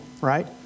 right